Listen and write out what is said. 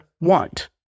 want